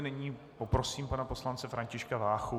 Nyní poprosím pana poslance Františka Váchu.